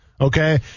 okay